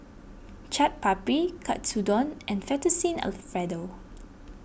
Chaat Papri Katsudon and Fettuccine Alfredo